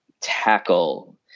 tackle